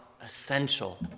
essential